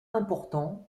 important